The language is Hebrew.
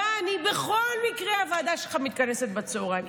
יעני, בכל מקרה הוועדה שלך מתכנסת בצוהריים.